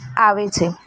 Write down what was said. આવે છે